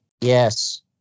Yes